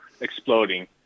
exploding